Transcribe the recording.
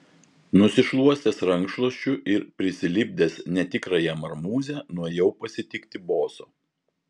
nusišluostęs rankšluosčiu ir prisilipdęs netikrąją marmūzę nuėjau pasitikti boso